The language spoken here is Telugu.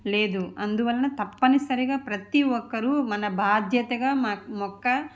లేదు అందువలన తప్పనిసరిగా ప్రతి ఒక్కరూ మన భాద్యతగా మొక్క